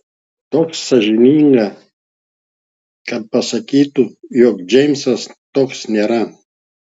toks sąžiningas kad pasakytų jog džeimsas toks nėra